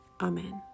Amen